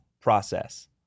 process